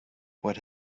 what